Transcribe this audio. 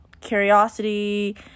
curiosity